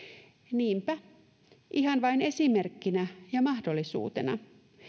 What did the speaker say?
niinpä ihan vain esimerkkinä ja mahdollisuutena